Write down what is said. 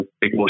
big